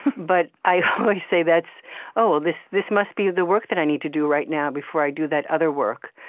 but i always say that's oh, well, this must be the work that i need to do right now, before i do that other work.